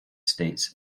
states